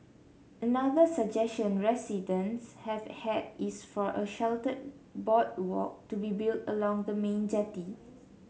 another suggestion residents have had is for a sheltered boardwalk to be built along the main jetty